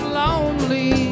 lonely